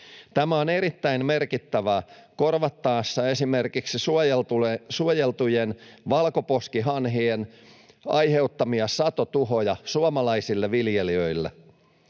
Tämä on erittäin merkittävää korvattaessa esimerkiksi suojeltujen valkoposkihanhien aiheuttamia satotuhoja suomalaisille viljelijöille.